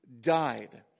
died